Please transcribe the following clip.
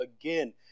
again